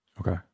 Okay